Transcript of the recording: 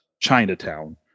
chinatown